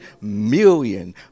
million